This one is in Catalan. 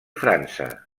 frança